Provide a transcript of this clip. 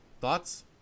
Thoughts